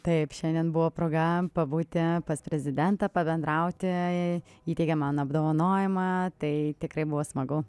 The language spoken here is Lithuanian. taip šiandien buvo proga pabūti pas prezidentą pabendrauti įteikė man apdovanojimą tai tikrai buvo smagu